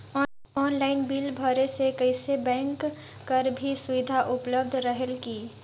Online bill भरे से कइसे बैंक कर भी सुविधा उपलब्ध रेहेल की?